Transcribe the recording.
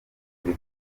kuri